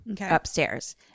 upstairs